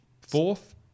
fourth